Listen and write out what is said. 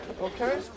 okay